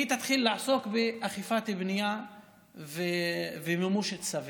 היא תתחיל לעסוק באכיפת בנייה ומימוש צווים.